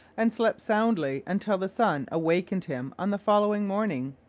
and slept soundly until the sun awakened him on the following morning.